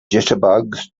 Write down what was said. jitterbugs